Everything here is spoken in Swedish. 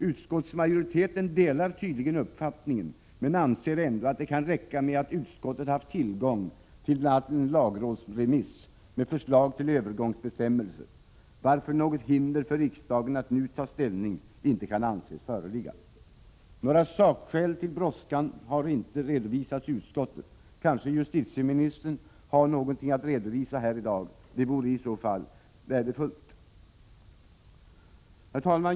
Utskottsmajoriteten delar tydligen vår uppfattning men anser ändå att det kan räcka med att utskottet haft tillgång till en lagrådsremiss med förslag till övergångsbestämmelser, varför något hinder för riksdagen att nu ta ställning inte kan anses föreligga. Några sakskäl till brådskan har inte redovisats i utskottet. Kanske justitieministern har några att redovisa här i dag. Det vore i så fall värdefullt. Herr talman!